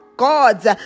gods